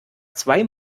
zwei